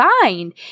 find